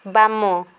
ବାମ